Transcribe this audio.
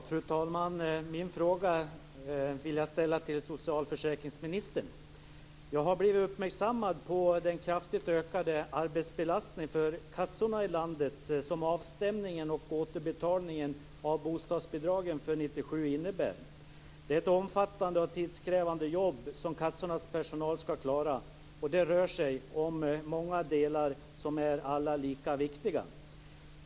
Fru talman! Min fråga vill jag ställa till socialförsäkringsministern. Jag har blivit uppmärksammad på den kraftigt ökade arbetsbelastning för kassorna i landet som avstämningen och återbetalningen av bostadsbidragen för 1997 innebär. Det är ett omfattande och tidskrävande jobb som kassornas personal skall klara, och det rör sig om många delar som alla är lika viktiga.